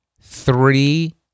three